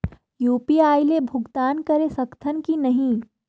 UPI ले भुगतान करे सकथन कि नहीं?